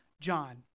John